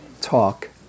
talk